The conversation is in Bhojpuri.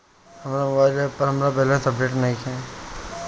हमर मोबाइल ऐप पर हमर बैलेंस अपडेट नइखे